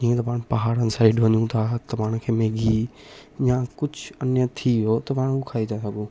जीअं त पाण पहाड़नि साइड वञूं था त पाण खे मैगी या कुझु अन्य थी वियो त पाण हू खाई था सघूं